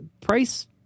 price